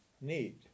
need